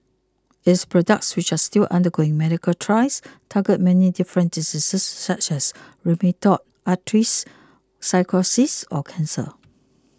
its products which are all still undergoing medical trials target many different diseases such as rheumatoid arthritis psoriasis or cancer